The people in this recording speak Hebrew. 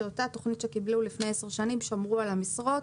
באותה תוכנית שקיבלו לפני עשר שנים שמרו על המשרות.